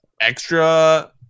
extra